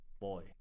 boy